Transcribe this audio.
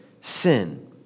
sin